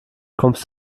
kommst